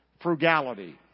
frugality